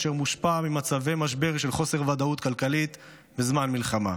אשר מושפע ממצבי משבר של חוסר ודאות כלכלית בזמן מלחמה.